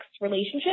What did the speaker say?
relationship